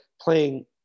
playing